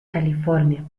california